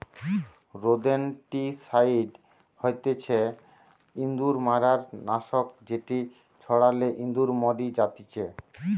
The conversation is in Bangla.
রোদেনটিসাইড হতিছে ইঁদুর মারার নাশক যেটি ছড়ালে ইঁদুর মরি জাতিচে